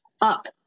up